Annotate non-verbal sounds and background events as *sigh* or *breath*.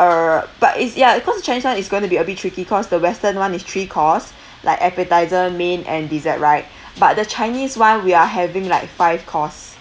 uh but it's ya cause the chinese [one] is going to be a bit tricky cause the western [one] is three course like appetiser main and dessert right *breath* but the chinese [one] we are having like five course